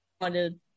wanted